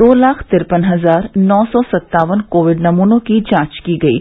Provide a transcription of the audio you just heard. दो लाख तिरपन हजार नौ सौ सत्तावन कोविड नमूनों की जांच की गयी